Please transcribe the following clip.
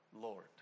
Lord